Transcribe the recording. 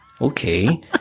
Okay